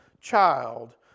child